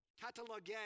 Catalogue